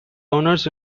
owners